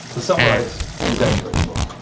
to summarize his x-ray is